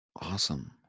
Awesome